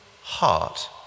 heart